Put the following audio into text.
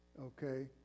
Okay